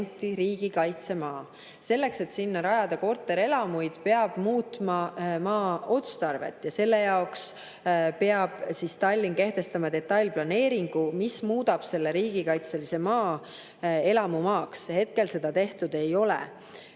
riigikaitsemaa. Selleks, et sinna rajada korterelamuid, peab muutma maa otstarvet ja selle jaoks peab Tallinn kehtestama detailplaneeringu, mis muudab selle riigikaitselise maa elamumaaks. Hetkel seda tehtud ei ole.